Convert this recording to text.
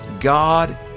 God